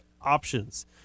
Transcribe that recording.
options